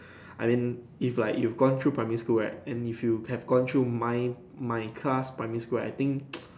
I didn't if like you've gone through primary school right and if you have gone through mine my class primary school right I think